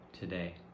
today